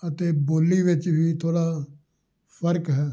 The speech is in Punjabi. ਅਤੇ ਬੋਲੀ ਵਿੱਚ ਵੀ ਥੋੜ੍ਹਾ ਫਰਕ ਹੈ